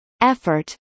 effort